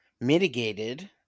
Mitigated